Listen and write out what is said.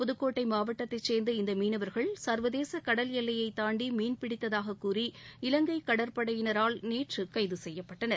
புதுக்கோட்டை மாவட்டத்தைச் சேர்ந்த இந்த மீனவர்கள் சர்வதேச கடல் எல்லையை தாண்டி மீன்பிடித்ததாக கூறி இலங்கை கடற்படையினரால் நேற்று கைது செய்யப்பட்டனர்